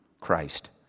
Christ